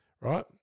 Right